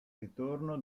ritorno